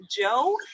Joe